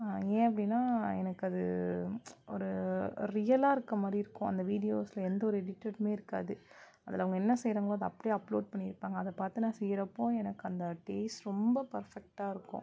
ஏன் அப்படினா எனக்கு அது ஒரு ரியாலாக இருக்கற மாதிரி இருக்கும் அந்த வீடியோஸில் எந்த ஒரு எடிட்டடும் இருக்காது அதில் அவங்க என்ன செய்கிறாங்களோ அதை அப்டியே அப்ளோட் பண்ணிருப்பாங்க அதை பார்த்து நான் செய்கிறப்போ எனக்கு அந்த டேஸ்ட் ரொம்ப பெர்ஃபெக்ட்டாக இருக்கும்